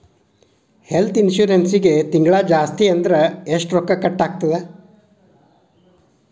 ಹೆಲ್ತ್ಇನ್ಸುರೆನ್ಸಿಗೆ ತಿಂಗ್ಳಾ ಜಾಸ್ತಿ ಅಂದ್ರ ಎಷ್ಟ್ ರೊಕ್ಕಾ ಕಟಾಗ್ತದ?